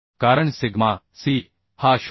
कारण sigma c हा 0